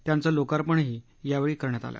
त्याचं लोकार्पणही यावेळी करण्यात आलं